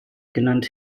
genannt